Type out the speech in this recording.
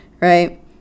right